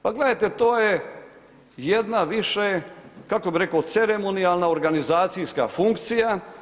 Pa gledajte to je jedna više, kako bih rekao ceremonijalna organizacijska funkcija.